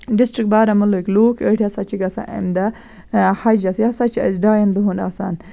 district بارہمولہٕکۍ لوٗکھ أڑۍ ہسا چھِ گژھان اَمۍ دۄہ حجَس یہِ ہسا چھِ اَسہِ ڈایَن دۄہَن آسان